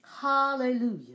Hallelujah